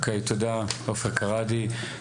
אוקיי, תודה עופר כראדי.